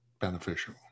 beneficial